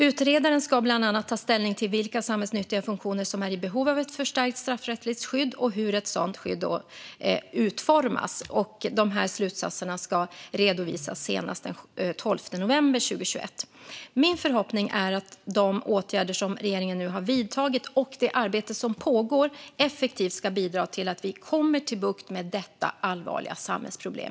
Utredaren ska bland annat ta ställning till vilka samhällsnyttiga funktioner som är i behov av ett förstärkt straffrättsligt skydd och hur ett sådant skydd kan utformas. Slutsatserna ska redovisas senast den 12 november 2021. Min förhoppning är att de åtgärder som regeringen nu har vidtagit och det arbete som pågår effektivt ska bidra till att vi får bukt med detta allvarliga samhällsproblem.